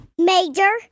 Major